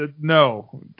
No